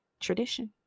tradition